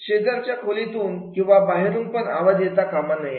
शेजारच्या खोलीतून आणि बाहेरून पण आवाज येता कामा नये